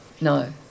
No